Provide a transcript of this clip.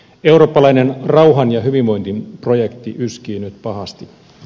eurooppalainen rauhan ja hyvinvoinnin projekti yskii nyt pahasti